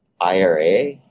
IRA